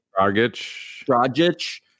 Dragic